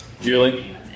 Julie